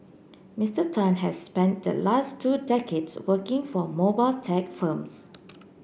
Mister Tan has spent the last two decades working for mobile tech firms